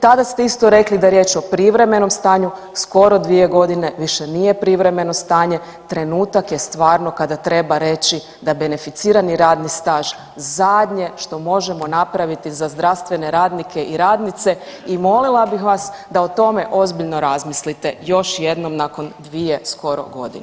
Tada ste isto rekli da je riječ o privremenom stanju skoro 2 godine više nije privremeno stanje trenutak je stvarno kada treba reći da je beneficirani radni staž zadnje što možemo napraviti za zdravstvene radnike i radnice i molila bih vas da o tome ozbiljno razmislite još jednom nakon 2 skoro godine.